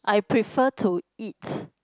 I prefer to eat